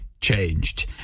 changed